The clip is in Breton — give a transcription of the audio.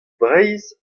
breizh